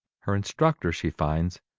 her instructor, she finds,